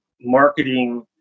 marketing